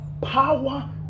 power